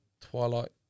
Twilight